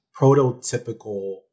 prototypical